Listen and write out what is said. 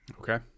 okay